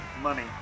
Money